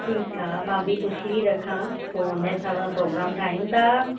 ठीकु आहे मां बि पुची थी रखां पोइ उन जे हिसाब सां प्रोग्राम ठाहियूं था